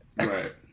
Right